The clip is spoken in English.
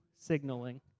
signaling